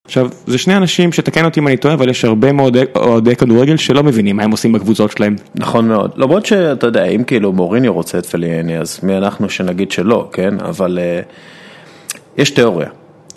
עכשיו, זה שני אנשים שתקן אותי אם אני טועה, אבל יש הרבה מאוד, אוהדי כדורגל שלא מבינים מה הם עושים בקבוצות שלהם. נכון מאוד. למרות שאתה יודע, אם כאילו מוריניו רוצה את פליאני, אז מי אנחנו שנגיד שלא, כן? אבל יש תיאוריה.